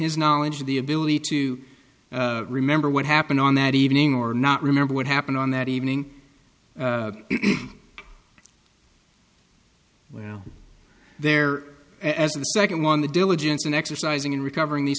his knowledge the ability to remember what happened on that evening or not remember what happened on that evening well there as a second one the diligence in exercising in recovering these